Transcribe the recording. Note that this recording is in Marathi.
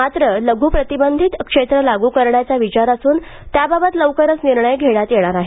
मात्र लघू प्रतिबंधित क्षेत्र लागू करण्याचा विचार असुन त्याबाबत लवकरच निर्णय घेण्यात येणार आहे